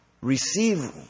Receive